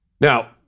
Now